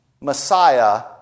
Messiah